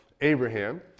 Abraham